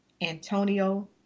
Antonio